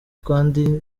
kandi